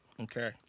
Okay